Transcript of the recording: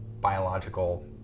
biological